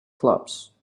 clubs